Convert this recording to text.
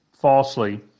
falsely